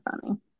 funny